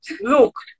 Look